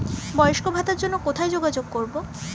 বয়স্ক ভাতার জন্য কোথায় যোগাযোগ করব?